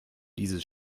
dieses